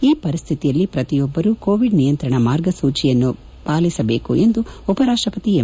ಈ ಪರಿಸ್ಹಿತಿಯಲ್ಲಿ ಪ್ರತಿಯೊಬ್ಲರು ಕೋವಿಡ್ ನಿಯಂತ್ರಣ ಮಾರ್ಗಸೂಚಿಯನ್ನು ಪರಿಪಾಲಿಸಬೇಕು ಎಂದು ಉಪರಾಷ್ಲಪತಿ ಎಂ